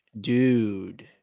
dude